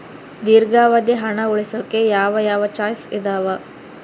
ದೇರ್ಘಾವಧಿ ಹಣ ಉಳಿಸೋಕೆ ಯಾವ ಯಾವ ಚಾಯ್ಸ್ ಇದಾವ?